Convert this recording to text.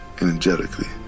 Energetically